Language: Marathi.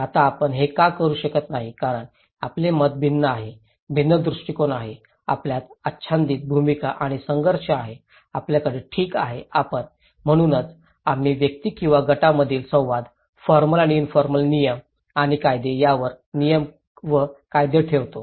आता आपण हे का करू शकत नाही कारण आपले मत भिन्न आहे भिन्न दृष्टीकोन आहे आपल्यात आच्छादित भूमिका आणि संघर्ष आहेत आपल्याकडे ठीक आहे आणि म्हणूनच आम्ही व्यक्ती किंवा गटांमधील संवाद फॉर्मल आणि इनफॉर्मल नियम आणि कायदे यावर नियम व कायदे ठेवतो